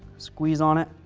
squeeze on it,